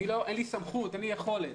אין לי סמכות, אין לי יכולת.